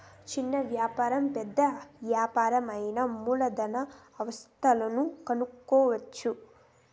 చిన్న వ్యాపారం పెద్ద యాపారం అయినా మూలధన ఆస్తులను కనుక్కోవచ్చు